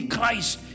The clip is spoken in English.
Christ